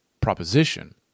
proposition